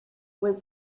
was